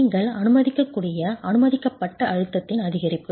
நீங்கள் அனுமதிக்கக்கூடிய அனுமதிக்கப்பட்ட அழுத்தத்தின் அதிகரிப்பு